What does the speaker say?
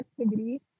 activity